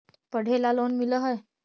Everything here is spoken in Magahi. पढ़े ला लोन मिल है?